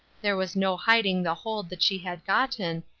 there was no hiding the hold that she had gotten,